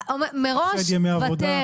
הפסד ימי עבודה.